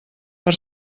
per